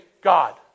God